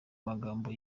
magambo